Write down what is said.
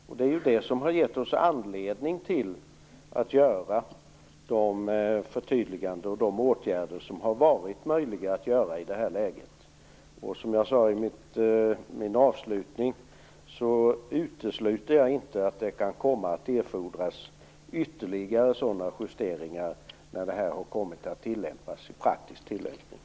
Men det är ju det som har föranlett oss att göra de förtydliganden och att vidta de åtgärder som det varit möjligt att i det här läget åstadkomma. Som jag nyss avslutningsvis sade utesluter jag inte att ytterligare justeringar kan komma att erfordras sedan detta kommit i praktisk tillämpning.